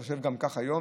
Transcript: וגם חושב כך היום,